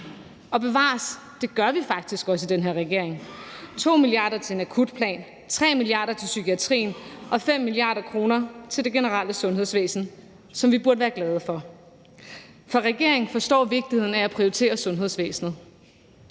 Og bevares, det gør vi faktisk også i den her regering: 2 mia. kr. til en akutplan, 3 mia. kr. til psykiatrien og 5 mia. kr. til sundhedsvæsenet generelt, som vi burde være glade for. For regeringen forstår vigtigheden af at prioritere sundhedsvæsenet.